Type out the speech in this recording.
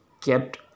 kept